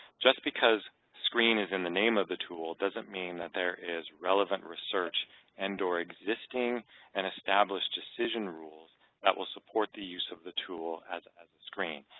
just because screen is in the name of the tool doesn't mean that there is relevant research and or existing and established decision rules that will support the use of the tool as a screen,